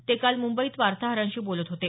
ते काल मुंबईत वार्ताहरांशी बोलत होते